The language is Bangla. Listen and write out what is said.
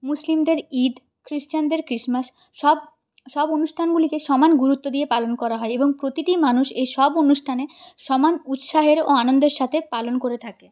মুসলিমদের ঈদ খ্রিস্টানদের ক্রিসমাস সব সব অনুষ্ঠানগুলিকে সমান গুরুত্ব দিয়ে পালন করা হয় এবং প্রতিটি মানুষ এই সব অনুষ্ঠানে সমান উৎসাহের ও আনন্দের সাথে পালন করে থাকে